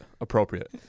appropriate